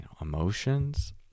emotions